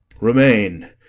REMAIN